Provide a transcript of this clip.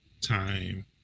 time